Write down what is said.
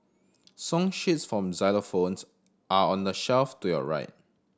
song sheets for xylophones are on the shelf to your right